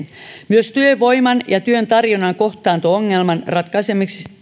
myös työvoiman ja työn tarjonnan kohtaanto ongelman ratkaisemiseksi